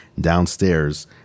downstairs